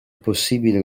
possibile